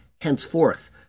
henceforth